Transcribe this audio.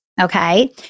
okay